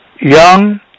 young